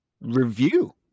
review